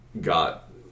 got